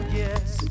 yes